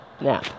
now